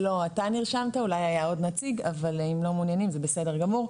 לא מעוניינים זה בסדר גמור.